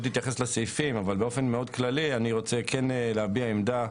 באופן כללי אני רוצה להביע עמדה,